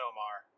Omar